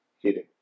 hitting